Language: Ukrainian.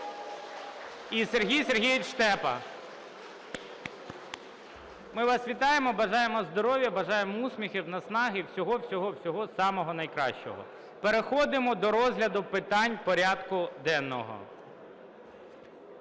і Сергій Сергійович Штепа. (Оплески) Ми вас вітаємо, бажаємо здоров'я, бажаємо успіхів, наснаги і всього-всього самого найкращого! Переходимо до розгляду питань порядку денного.